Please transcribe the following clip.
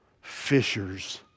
fishers